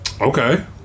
Okay